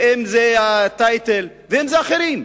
אם זה טייטל ואם זה אחרים.